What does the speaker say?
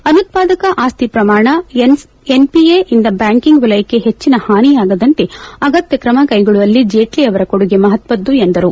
ಅನುತ್ಪಾದಕ ಆಸ್ತಿ ಪ್ರಮಾಣ ಎನ್ಪಿಎ ಇಂದ ಬ್ಯಾಂಕಿಂಗ್ ವಲಯಕ್ಕೆ ಹೆಚ್ಚಿನ ಹಾನಿಯಾಗದಂತೆ ಅಗತ್ತ ಕ್ರಮ ಕೈಗೊಳ್ಳುವಲ್ಲಿ ಜೇಟ್ಲಿಯವರ ಕೊಡುಗೆ ಮಹತ್ವದ್ದು ಎಂದರು